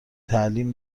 تعلیم